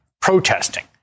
protesting